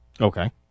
Okay